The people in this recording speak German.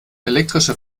elektrische